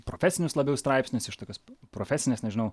profesinius labiau straipsnius iš tokios profesinės nežinau